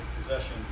possessions